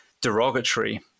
derogatory